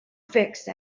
fixed